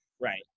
right